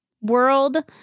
world